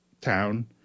town